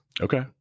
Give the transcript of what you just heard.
Okay